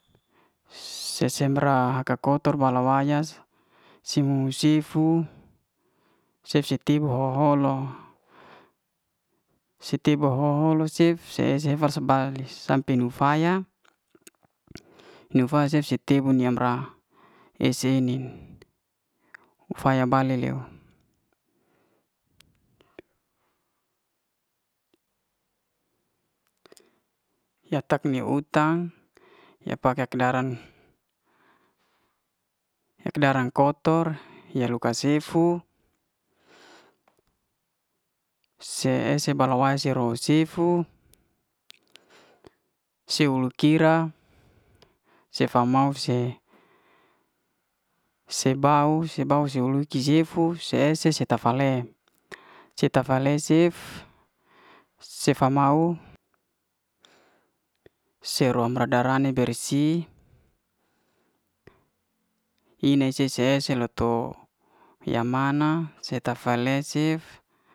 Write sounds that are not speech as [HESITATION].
[HESITATION] se- sem ra ha'ka kotor bala waya simu sifu se su tibu he ho'loh. se su tibu ho'holo cef se esefa salis sampe niuw faya. niuw faya cef si tebu am yambra esa ei'nin ufaya bale leo yak tak ni utang yak pak yak'daran. yak'daran kotor ya luka sefu se ese bala waya se'ro sefu se ulu'kira sefa mau se se bau, sefa bau se ulu ke sifu se ese se ta fale se ta fale cef sefa mau se rom rada rane bersih ina se sa esel yo to ya mana seta fale cef.